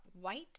white